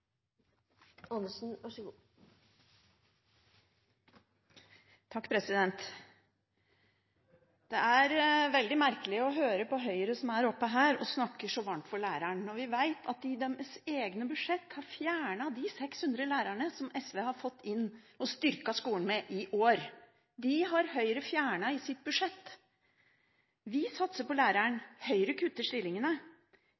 veldig merkelig å høre på Høyre som snakker så varmt om læreren, når vi vet at i de i sine egne budsjetter har fjernet de 600 lærerne som SV har fikk inn og styrket skolen med i år – de har Høyre fjernet i sitt budsjett. Vi satser på